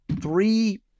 three